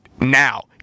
now